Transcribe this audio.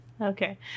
Okay